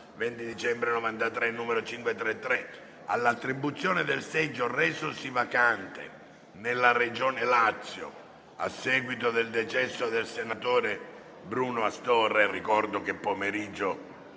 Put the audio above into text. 20 dicembre 1993, n. 533, all'attribuzione del seggio resosi vacante nella Regione Lazio a seguito del decesso del senatore Bruno Astorre (ricordo che nel pomeriggio